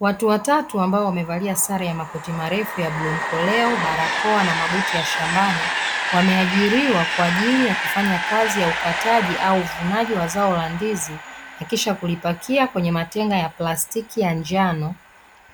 Watu watatu ambao wamevalia sare ya makoti marefu ya bluu mkoleo, barakoa na mabuti ya shambani. Wameajiriwa kwa ajili ya kufanya kazi ya ukataji au uvunaji wa zao la ndizi, na kisha kulipakia kwenye matenga ya plastiki ya njano.